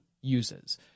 uses